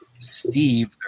Steve